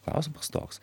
klausimas toks